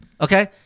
Okay